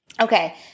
Okay